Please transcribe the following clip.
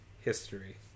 History